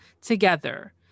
together